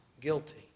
guilty